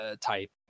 type